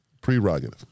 Prerogative